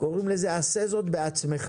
קוראים לזה עשה זאת בעצמך.